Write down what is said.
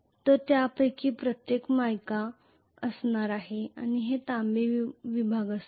तर यापैकी प्रत्येक मायका असणार आहे आणि हे तांबे विभाग असतील